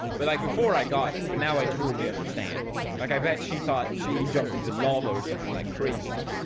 but like before i got it but now i truly understand like i bet she thought she jumped into lava or something like crazy